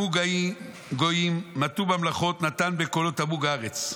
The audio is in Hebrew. המו גוים מטו ממלכות נתן בקולו תמוג ארץ.